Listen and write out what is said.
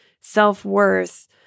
self-worth